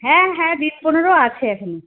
হ্যাঁ হ্যাঁ দিন পনেরো আছে এখনো